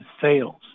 sales